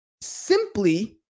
simply